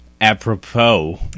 apropos